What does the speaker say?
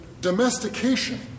domestication